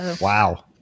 Wow